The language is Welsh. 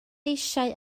eisiau